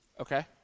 okay